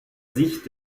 sicht